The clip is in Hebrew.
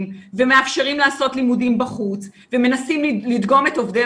ומאפשרים לעשות לימודים בחוץ ומנסים לדגום את עובדי